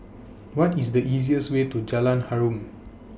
What IS The easiest Way to Jalan Harum